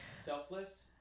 selfless